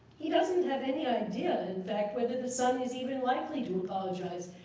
he doesn't have any idea, in fact, whether the son is even likely to apologize.